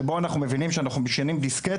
שבו אנחנו מבינים שאנחנו משנים דיסקט,